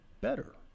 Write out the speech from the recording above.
better